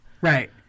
Right